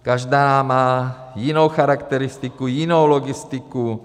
Každá má jinou charakteristiku, jinou logistiku.